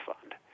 fund